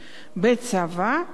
בצבא,